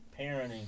parenting